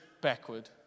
backward